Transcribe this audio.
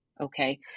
Okay